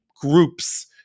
groups